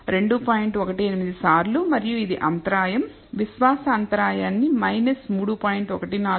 18 సార్లు మరియు ఇది అంతరాయం విశ్వాస్ అంతరాయాన్ని 3